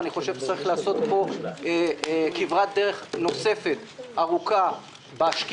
אני חושב שצריך לעשות פה כברת דרך נוספת ארוכה בשקיפות